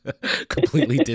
completely